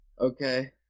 Okay